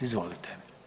Izvolite.